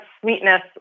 sweetness